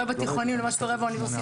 בתיכונים לבין מה שקורה באוניברסיטאות.